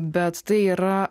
bet tai yra